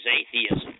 atheism